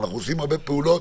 אנחנו עושים הרבה פעולות,